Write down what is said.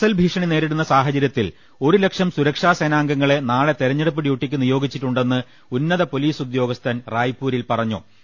നക്സൽ ഭീഷണി നേരിടുന്ന സാഹചര്യത്തിൽ ഒരു ലക്ഷം സുരക്ഷാസേനാംഗങ്ങളെ നാളെ തെരഞ്ഞെടുപ്പ് ഡ്യൂട്ടിയ്ക്ക് നിയോഗിച്ചിട്ടുണ്ടെന്ന് ഉന്നത പൊലീസ് ഉദ്യോഗസ്ഥൻ റായ്പൂരിൽ പറഞ്ഞു